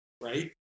Right